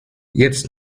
jetzt